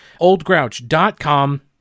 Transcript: OldGrouch.com